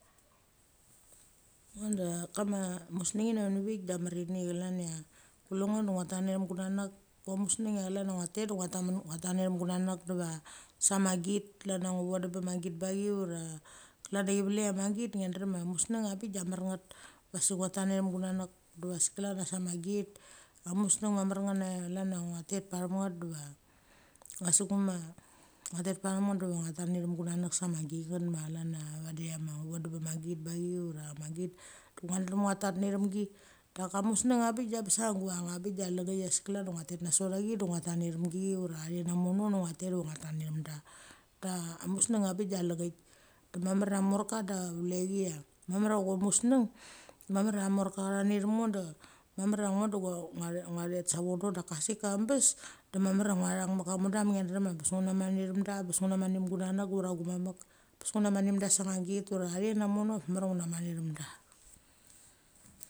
Ngo de kama museng ngini aveni vik de a mar ini chlan ia kule ngo de utha tet nacham guna nek. Gua museng chlan cha ngie tet ngia tat necham gunanek sa ma git klan cha ngu vondam bama git bachi ura, klan cha chi velek a magit ngia drem museng abik da a mar nget. Va sik ngua tat mechathem gunanek diva sik klan cha sa ma git. A museng ma mar nget chlan na ngua tet pacham nget diva a sik uma ngia tet pacham nget diva ngua tet necham gunanek sa ma ginet ma chlan vadi cha ma ngu vodam bama git bachi ura ma ngu vodam bama git bachi ura ma git, ngua drem ngua tet nechamgi. Daka museng a bik da besa duang a bik de lemnikis klan a ngua tet nasot cha chi de ngua tet nacham gichi ura athenamo ngua tet du ngua tet necham da. Da museng a bik da lengnik de mamar a morka de velecha cha mamr a museng, marmar a morka a va museng marmar a morka cha thet necham un de mamar, ngo thet sa vonodaka sik ka am bes, de mamar a ngua thang mek ka mudam ngia drem cha abes ngu na mat nechamda, bes ngu na mat necham gunanek ura gumamek. Bes ngu na mat necham dasa ma git ura a tha namono mamar a nga na mat necham da.